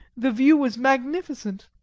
the view was magnificent,